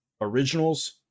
originals